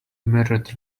mirrored